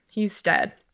he's dead.